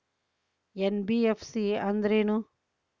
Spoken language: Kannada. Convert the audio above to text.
ಎನ್.ಬಿ.ಎಫ್.ಸಿ ಅಂದ್ರೇನು?